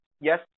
Yes